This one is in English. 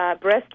breast